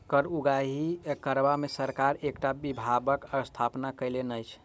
कर उगाही करबा मे सरकार एकटा विभागक स्थापना कएने अछि